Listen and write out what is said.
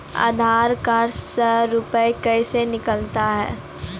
आधार कार्ड से रुपये कैसे निकलता हैं?